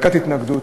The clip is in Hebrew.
והנמקת ההתנגדות.